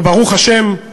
וברוך השם,